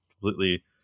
Completely